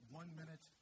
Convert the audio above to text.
one-minute